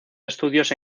estudios